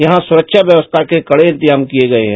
यहां सुरक्षा व्यवस्था के करे इंतजाम किये गए है